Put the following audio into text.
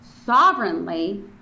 sovereignly